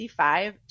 55